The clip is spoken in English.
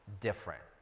different